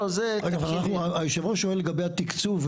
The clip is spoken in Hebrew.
אבל יושב הראש שואל לגבי התקצוב,